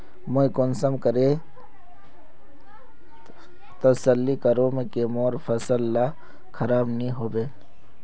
मुई कुंसम करे तसल्ली करूम की मोर फसल ला खराब नी होबे?